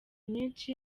nyinshi